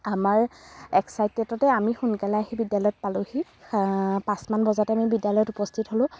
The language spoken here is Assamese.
আমাৰ এক্সাইটেততে আমি সোনকালে আহি বিদ্যালয়ত পালোঁহি পাঁচমান বজাতে আমি বিদ্যালয়ত উপস্থিত হ'লোঁ